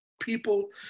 people